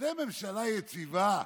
זו ממשלה יציבה?